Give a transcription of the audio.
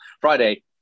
Friday